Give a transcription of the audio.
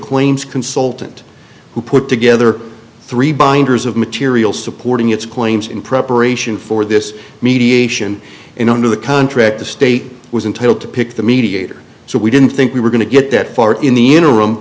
claims consultant who put together three binders of material supporting its claims in preparation for this mediation and under the contract the state was entitled to pick the mediator so we didn't think we were going to get that far in the interim